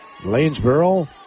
Lanesboro